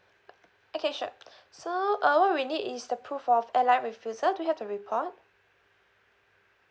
okay sure so uh what we need is the proof of airline refusal do you have the report